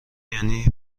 یعنی